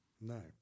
No